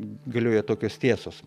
galioja tokios tiesos